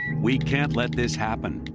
we can't let this happen.